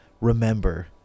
remember